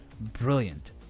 brilliant